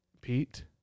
Pete